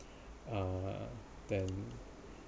uh then